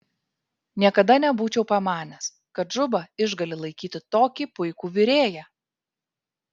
niekada nebūčiau pamanęs kad džuba išgali laikyti tokį puikų virėją